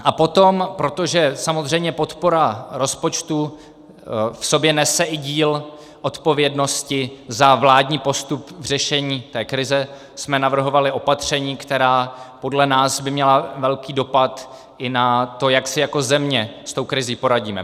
A potom, protože samozřejmě podpora rozpočtu v sobě nese i díl odpovědnosti za vládní postup v řešení té krize, jsme navrhovali opatření, která by podle nás měla velký dopad i na to, jak si jako země s tou krizí poradíme.